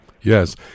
Yes